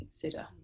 consider